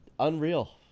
Unreal